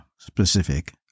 specific